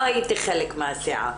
לא הייתי חלק מהסיעה.